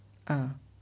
ah